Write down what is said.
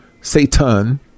Satan